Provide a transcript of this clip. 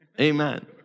Amen